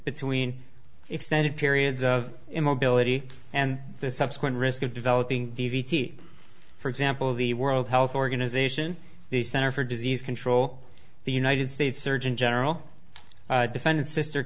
between extended periods of immobility and the subsequent risk of developing d v d for example the world health organization the center for disease control the united states surgeon general defended sister